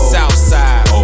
Southside